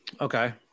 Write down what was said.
Okay